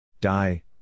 Die